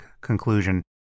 conclusion